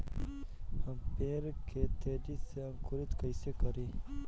हम पेड़ के तेजी से अंकुरित कईसे करि?